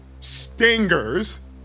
stingers